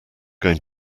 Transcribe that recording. going